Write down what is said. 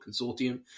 consortium